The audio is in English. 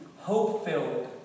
hope-filled